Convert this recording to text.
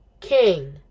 king